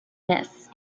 miss